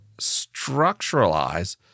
structuralize